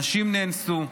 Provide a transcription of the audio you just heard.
הנשים נאנסו,